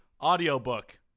audiobook